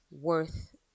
worth